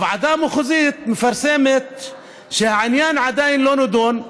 הוועדה המחוזית מפרסמת שהעניין עדיין לא נדון.